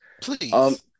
Please